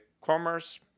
commerce